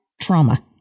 trauma